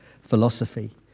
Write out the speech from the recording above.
philosophy